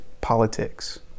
politics